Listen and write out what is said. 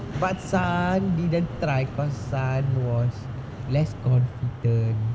but sun didn't try because sun was less confident